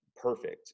perfect